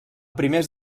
primers